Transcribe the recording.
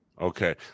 Okay